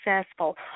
successful